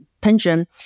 tension